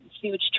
huge